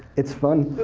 it's fun.